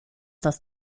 das